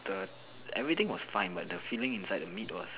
the everything was fine but the filling inside the meat was